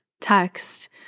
text